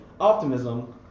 optimism